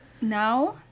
Now